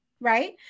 right